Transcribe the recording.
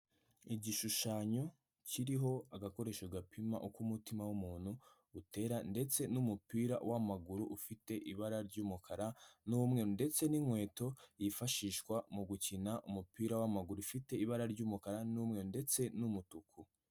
Igishushanyo kiriho agakoresho gapima uko umutima w'umuntu utera, ndetse n'umupira w'amaguru ufite ibara ry'umukara n'umweru, ndetse n'inkweto yifashishwa mu gukina umupira w'amaguru ifite ibara ry'umukara n'umweru, ndetse n'umutuku.